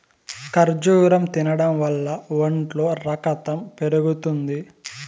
ఖర్జూరం తినడం వల్ల ఒంట్లో రకతం పెరుగుతుంది